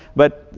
but,